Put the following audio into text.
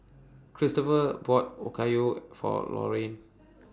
Cristopher bought Okayu For Laurine